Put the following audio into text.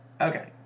Okay